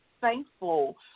thankful